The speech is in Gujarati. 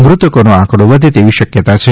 મૃતકોનો આંકડો વધે તેવી શકથતા છે